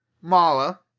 Mala